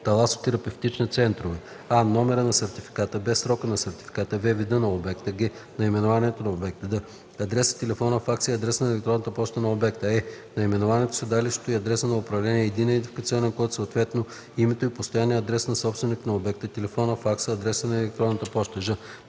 таласотерапевтични центрове: а) номера на сертификата; б) срока на сертификата; в) вида на обекта; г) наименованието на обекта; д) адреса, телефона, факса и адреса на електронната поща на обекта; е) наименованието, седалището и адреса на управление, единния идентификационен код, съответно – името и постоянния адрес на собственика на обекта, телефона, факса, адреса на електронната поща; ж)